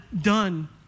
done